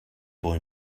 boy